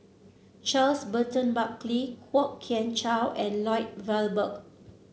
Charles Burton Buckley Kwok Kian Chow and Lloyd Valberg